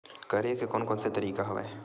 करे के कोन कोन से तरीका हवय?